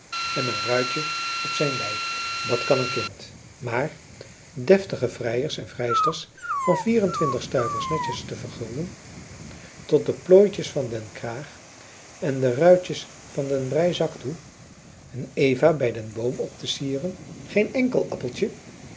en een ruitje op zijn lijf dat kan een kind maar deftige vrijers en vrijsters van vierëntwintig stuivers netjes te vergulden tot de plooitjes van den kraag en de ruitjes van den breizak toe een eva bij den boom op te sieren geen enkel appeltje